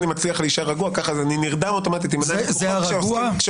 מה שאני קורא מהתזכיר שבחוק-יסוד: החקיקה דובר על